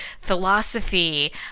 philosophy